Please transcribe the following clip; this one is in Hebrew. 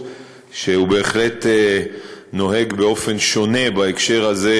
שהוא בהחלט נוהג באופן שונה בהקשר הזה,